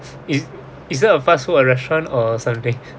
is is there a fast food restaurant or something